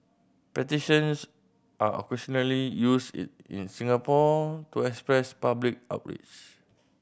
petitions are occasionally used it in Singapore to express public outrage